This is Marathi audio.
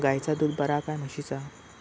गायचा दूध बरा काय म्हशीचा?